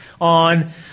on –